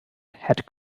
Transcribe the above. had